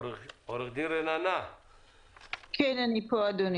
עורכת דין רננה, בבקשה.